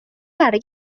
برای